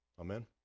Amen